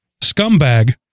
scumbag